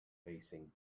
facing